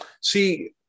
See